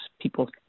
People